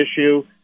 issue